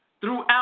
throughout